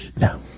No